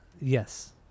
Yes